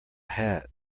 hat